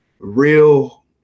real